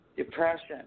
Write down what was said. Depression